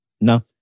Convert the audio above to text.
No